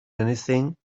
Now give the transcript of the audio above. anything